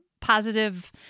positive